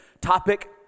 topic